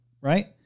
Right